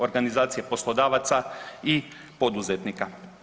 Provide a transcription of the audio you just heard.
Organizacije poslodavaca i poduzetnika.